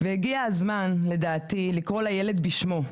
והגיע הזמן, לדעתי, לקרוא לילד בשמו.